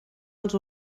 els